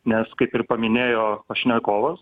nes kaip ir paminėjo pašnekovas